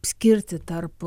skirtį tarp